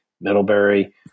Middlebury